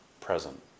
present